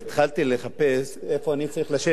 התחלתי לחפש איפה אני צריך לשבת.